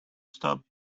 stop